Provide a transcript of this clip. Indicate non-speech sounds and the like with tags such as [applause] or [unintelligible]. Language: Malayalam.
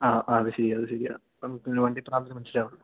ആ അതു ശരിയാണ് അതു ശരിയാണ് അ നമുക്ക് വണ്ടി [unintelligible] മനസ്സിലാവുകയുള്ളൂ